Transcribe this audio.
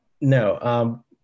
No